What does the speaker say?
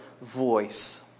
voice